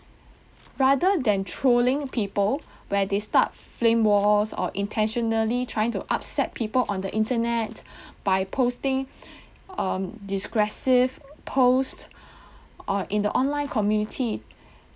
rather than trolling people where they start flame wars or intentionally trying to upset people on the internet by posting um digressive post or in the online community